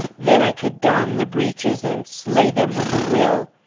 then i could don the breeches, and slay them with a will!